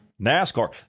NASCAR